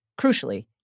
crucially